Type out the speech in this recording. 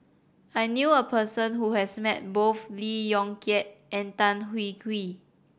I knew a person who has met both Lee Yong Kiat and Tan Hwee Hwee